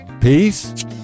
peace